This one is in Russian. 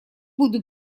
буду